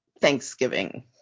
thanksgiving